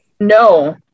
No